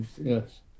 yes